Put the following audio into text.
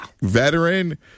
veteran